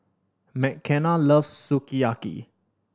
Mckenna loves Sukiyaki